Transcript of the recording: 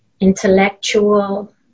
intellectual